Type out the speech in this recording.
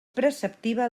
preceptiva